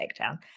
takedown